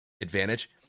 advantage